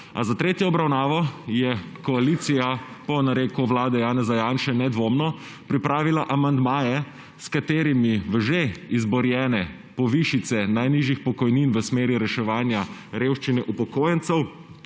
A za tretjo obravnavo je koalicija po nareku vlade Janeza Janše nedvomno pripravila amandmaje, s katerimi v že izborjene povišice najnižjih pokojnin v smeri reševanja revščine upokojencev